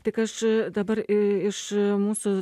tik aš dabar iš mūsų